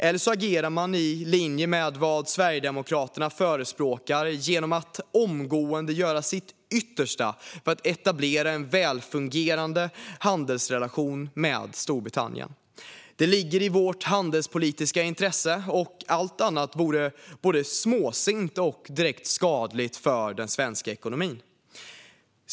Eller så agerar det i linje med vad Sverigedemokraterna förespråkar genom att omgående göra sitt yttersta för att etablera en välfungerande handelsrelation med Storbritannien. Det ligger i vårt handelspolitiska intresse, och allt annat vore både småsint och direkt skadligt för den svenska ekonomin.